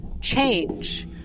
change